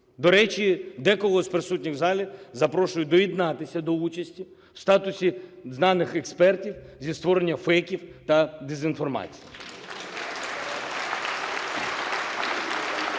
До речі, декого з присутніх в залі запрошую доєднатися до участі в статусі знаних експертів зі створення фейків та дезінформації.